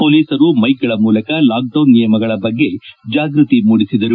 ಪೊಲೀಸರು ಮೈಕ್ಗಳ ಮೂಲಕ ಲಾಕ್ಡೌನ್ ನಿಯಮಗಳ ಬಗ್ಗೆ ಜಾಗೃತಿ ಮೂಡಿಸಿದರು